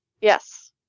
Yes